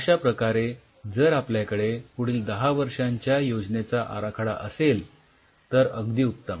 अश्या प्रकारे जर आपल्याकडे पुढील १० वर्षांच्या योजनेचा आराखडा असेल तर अगदी उत्तम